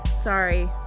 Sorry